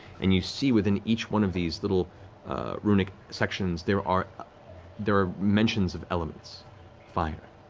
and you see within each one of these little runic sections, there are there are mentions of elements fire,